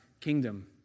kingdom